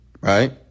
Right